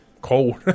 cold